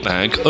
Bag